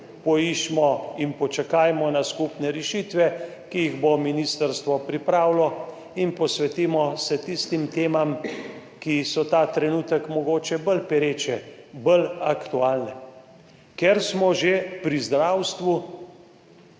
poiščimo in počakajmo na skupne rešitve, ki jih bo ministrstvo pripravilo, in se posvetimo tistim temam, ki so ta trenutek mogoče bolj pereče, bolj aktualne. Ker smo že pri zdravstvu,